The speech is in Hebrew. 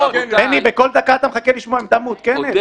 בני, בכל דקה אתה מבקש לשמוע עמדה מעודכנת?